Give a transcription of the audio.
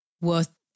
worth